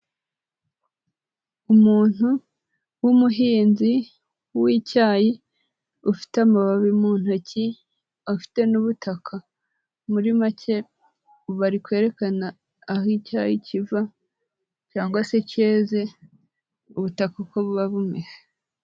Umuntu w'umuhinzi w'icyayi ufite amababi mu ntoki afite n'ubutaka, muri make bari kwerekana aho icyayi kiva cyangwa se keze ubutaka uko buba bumeze.